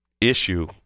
issue